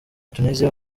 tunisia